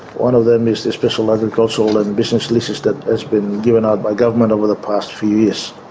one of them is the special agricultural and business leases that has been given out by government over the past few years.